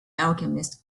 alchemist